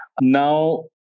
Now